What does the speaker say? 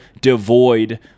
devoid